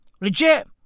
Legit